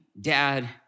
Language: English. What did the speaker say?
Dad